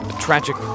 tragic